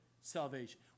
salvation